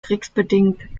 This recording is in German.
kriegsbedingt